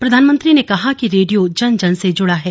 प्रधानमंत्री ने आज कहा कि रेडियो जन जन से जुड़ा हुआ है